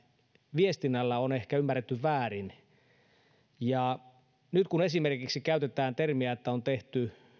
viestintä on ehkä ymmärretty väärin nyt kun esimerkiksi käytetään termiä kaivosvaraus esimerkiksi että on tehty